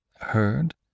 heard